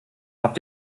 habt